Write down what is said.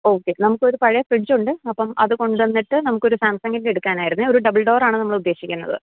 okay നമുക്ക് ഒരു പഴയ ഫ്രിഡ്ജൊണ്ട് അപ്പം അത് കൊണ്ട് തന്നിട്ട് നമുക്ക് ഒരു സാംസങ്ങിൻറ്റെ എടുക്കാൻ ആയിരുന്നു ഒരു ഡബിൾ ഡോറാണ് നമ്മൾ ഉദ്ദേശിക്കുന്നത്